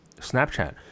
snapchat